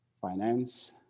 finance